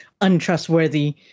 untrustworthy